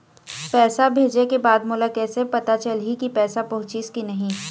पैसा भेजे के बाद मोला कैसे पता चलही की पैसा पहुंचिस कि नहीं?